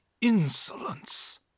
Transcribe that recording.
insolence